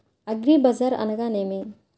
అగ్రిబజార్ అనగా నేమి?